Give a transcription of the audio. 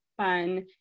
fun